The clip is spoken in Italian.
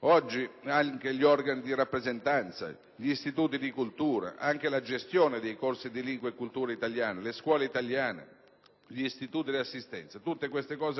Oggi anche gli organi di rappresentanza, gli istituti di cultura, la gestione dei corsi di lingua e cultura italiana, le scuole italiane, gli istituti di assistenza